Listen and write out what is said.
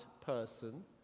person